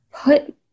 put